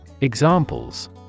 Examples